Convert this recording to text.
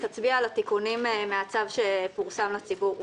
תצביע על התיקונים רק מהצו שפורסם לציבור.